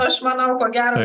aš manau ko gero